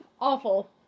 Awful